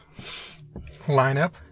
lineup